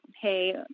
Hey